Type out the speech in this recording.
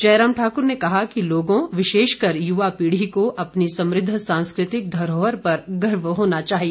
जयराम ठाकुर ने कहा कि लोगों विशेषकर युवा पीढ़ी को अपनी समृद्ध सांस्कृतिक धरोहर पर गर्व होना चाहिए